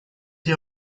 you